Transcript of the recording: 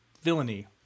villainy